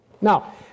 Now